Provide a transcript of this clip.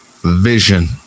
Vision